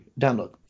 Download